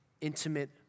intimate